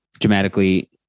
dramatically